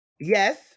yes